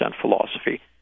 philosophy